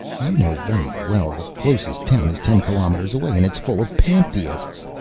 you know very well the closest town is ten kilometers away and it's full of pantheists.